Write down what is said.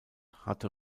hatte